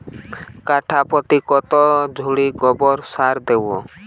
কাঠাপ্রতি কত ঝুড়ি গোবর সার দেবো?